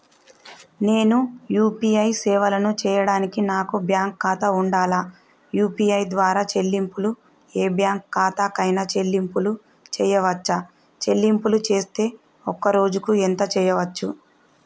నేను యూ.పీ.ఐ సేవలను చేయడానికి నాకు బ్యాంక్ ఖాతా ఉండాలా? యూ.పీ.ఐ ద్వారా చెల్లింపులు ఏ బ్యాంక్ ఖాతా కైనా చెల్లింపులు చేయవచ్చా? చెల్లింపులు చేస్తే ఒక్క రోజుకు ఎంత చేయవచ్చు?